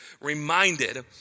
reminded